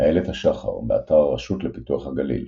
איילת השחר - באתר הרשות לפיתוח הגליל